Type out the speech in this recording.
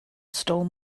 stole